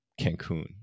Cancun